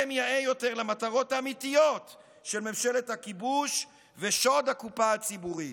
השם יאה יותר למטרות האמיתיות של ממשלת הכיבוש ושוד הקופה הציבורית.